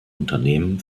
unternehmen